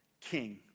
King